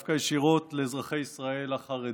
דווקא ישירות לאזרחי ישראל החרדים,